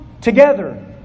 together